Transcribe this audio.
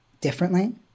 differently